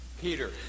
Peter